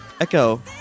Echo